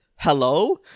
Hello